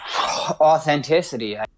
authenticity